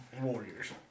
warriors